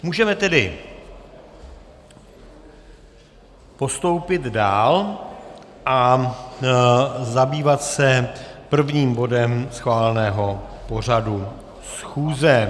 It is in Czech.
Můžeme tedy postoupit dál a zabývat se prvním bodem schváleného pořadu schůze.